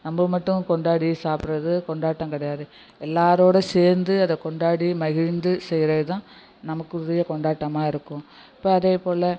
நம்ப மட்டும் கொண்டாடி சாப்பிடறது கொண்டாட்டம் கெடையாது எல்லாரோடு சேர்ந்து அதை கொண்டாடி மகிழ்ந்து செய்யறதுதான் நமக்குரிய கொண்டாட்டமாக இருக்கும் இப்போ அதே போல